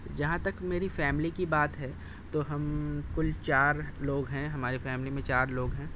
جہاں تک میری فیملی کی بات ہے تو ہم کل چار لوگ ہیں ہمارے فیملی میں چار لوگ ہیں